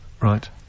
Right